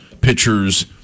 pitchers